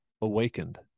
awakened